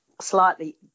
slightly